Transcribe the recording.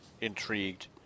intrigued